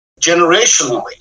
generationally